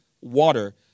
water